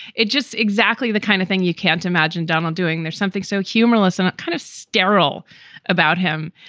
it just exactly the kind of thing you can't imagine donald doing. there's something so humorless and kind of sterile about him.